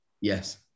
Yes